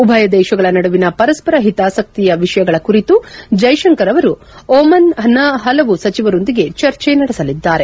ಉಭಯ ದೇಶಗಳ ನಡುವಿನ ಪರಸ್ಪರ ಹಿತಾಸಕ್ತಿಯ ವಿಷಯಗಳ ಕುರಿತು ಜೈಶಂಕರ್ ಅವರು ಓಮನ್ನ ಹಲವು ಸಚಿವರೊಂದಿಗೆ ಚರ್ಚೆ ನಡೆಸಲಿದ್ದಾರೆ